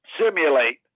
simulate